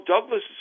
Douglas